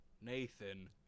Nathan